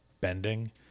bending